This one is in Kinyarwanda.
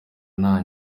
nta